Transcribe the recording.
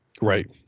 Right